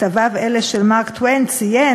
עקרונות של חוק משאל עם, שכן,